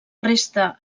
resta